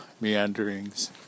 meanderings